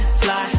fly